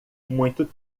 muito